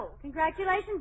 Congratulations